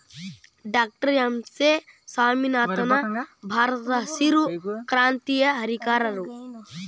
doctor M S Swaminathan ಭಾರತದಹಸಿರು ಕ್ರಾಂತಿಯ ಹರಿಕಾರರು